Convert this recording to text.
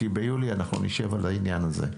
כי ביולי אנחנו נשב על העניין הזה.